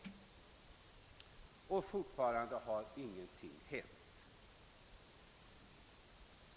Men fortfarande har ingenting hänt.